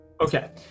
Okay